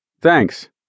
Thanks